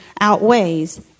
outweighs